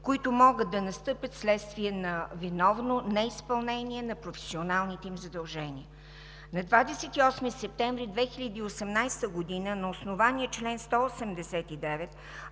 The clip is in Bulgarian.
които могат да настъпят вследствие на виновно неизпълнение на професионалните им задължения. На 28 септември 2018 г. на основание чл. 189,